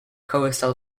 coastal